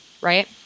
Right